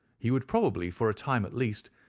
he would, probably, for a time at least,